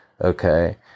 okay